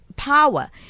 power